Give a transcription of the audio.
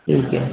ٹھیک ہے